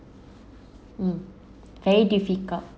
mm very difficult